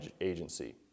agency